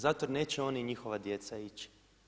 Zato jer neće oni i njihova djeca ići.